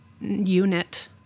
unit